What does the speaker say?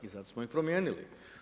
I zato smo ih promijenili.